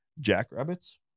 Jackrabbits